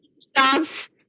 stops